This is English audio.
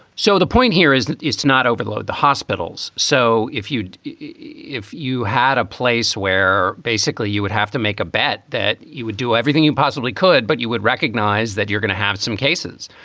so the point here is that is to not overload the hospitals. so if you you if you had a place where basically you would have to make a bet that you would do everything you possibly could, but you would recognize that you're going to have some cases.